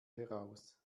heraus